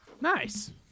Nice